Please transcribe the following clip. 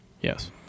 Yes